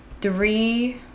Three